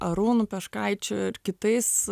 arūnu peškaičiu ir kitais